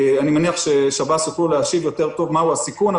אני מניח ששב"ס יוכלו להשיב טוב יותר מה הוא הסיכון,